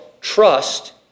trust